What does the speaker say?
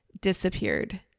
disappeared